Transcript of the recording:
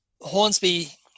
Hornsby